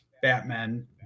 Batman